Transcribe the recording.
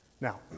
Now